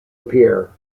appear